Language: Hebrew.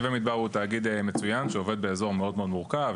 נווה מדבר הוא תאגיד מצוין שעובד באזור מאוד מאוד מורכב,